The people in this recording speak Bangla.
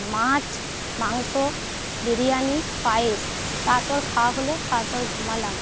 মাছ মাংস বিরিয়ানি পায়েস তারপর খাওয়া হল খাওয়ার পর ঘুমালাম